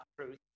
truth